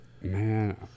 Man